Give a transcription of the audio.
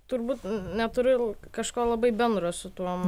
turbūt neturiu kažko labai bendro su tuom